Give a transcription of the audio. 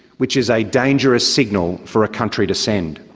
which is a dangerous signal for a country to send.